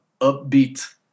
upbeat